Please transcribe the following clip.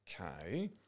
Okay